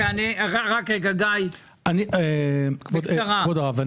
כבוד הרב,